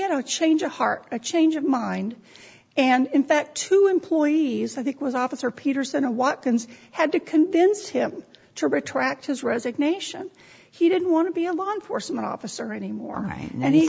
had a change of heart a change of mind and in fact two employees i think was officer peterson a watkins had to convince him to retract his resignation he didn't want to be a law enforcement officer anymore and he